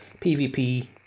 PvP